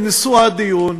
מושא הדיון,